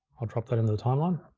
i'll drop that into the timeline,